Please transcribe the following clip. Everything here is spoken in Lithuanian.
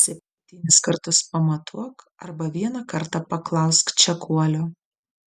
septynis kartus pamatuok arba vieną kartą paklausk čekuolio